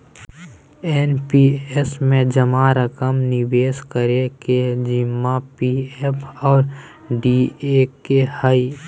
NPS में जमा रकम निवेश करे के जिम्मा पी.एफ और डी.ए के हइ